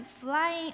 flying